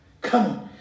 come